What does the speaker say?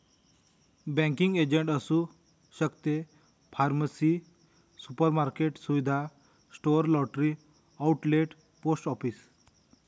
banking agent असू शकते pharmacy supermarket सुविधा store lottery outlet post office